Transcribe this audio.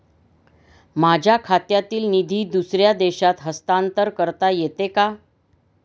माझ्या खात्यातील निधी दुसऱ्या देशात हस्तांतर करता येते का?